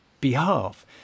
behalf